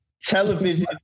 Television